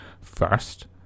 First